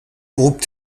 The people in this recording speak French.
groupe